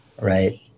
right